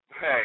Hey